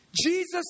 Jesus